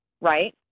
right